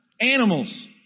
animals